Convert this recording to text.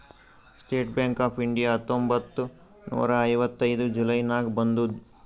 state bank of India ಹತ್ತೊಂಬತ್ತ್ ನೂರಾ ಐವತ್ತೈದು ಜುಲೈ ನಾಗ್ ಬಂದುದ್